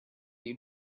you